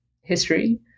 history